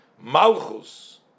Malchus